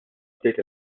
bdejt